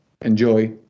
enjoy